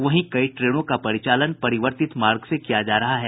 वहीं कई ट्रेनों का परिचालन परिवर्तित मार्ग से किया जा रहा है